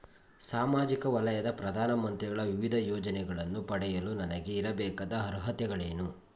ಸಾಮಾಜಿಕ ವಲಯದ ಪ್ರಧಾನ ಮಂತ್ರಿಗಳ ವಿವಿಧ ಯೋಜನೆಗಳನ್ನು ಪಡೆಯಲು ನನಗೆ ಇರಬೇಕಾದ ಅರ್ಹತೆಗಳೇನು?